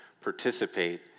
participate